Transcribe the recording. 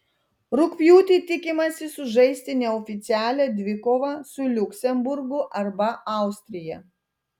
rugpjūtį tikimasi sužaisti neoficialią dvikovą su liuksemburgu arba austrija